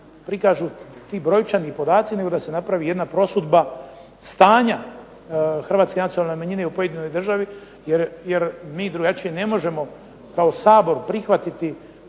prikažu ti brojčani podaci, nego da se napravi jedna prosudba stanja hrvatske nacionalne manjine u pojedinoj državi, jer mi drugačije ne možemo kao Sabor prihvatiti